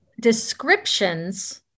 descriptions